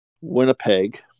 Winnipeg